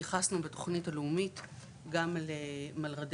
התייחסנו בתוכנית הלאומית לתוכנית